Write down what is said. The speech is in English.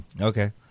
Okay